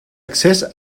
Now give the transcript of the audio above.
accés